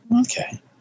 Okay